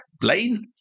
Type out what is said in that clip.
Blaine